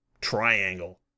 triangle